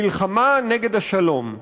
מלחמה נגד השלום.